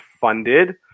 funded